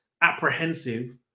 apprehensive